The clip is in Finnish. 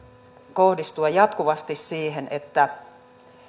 kohdistua jatkuvasti siihen että